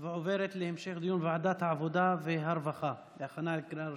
ועוברת להמשך דיון בוועדת העבודה והרווחה להכנה לקריאה ראשונה.